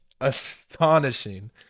astonishing